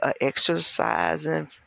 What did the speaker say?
exercising